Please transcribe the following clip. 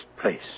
place